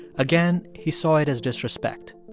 again, he saw it as disrespect.